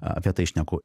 apie tai šneku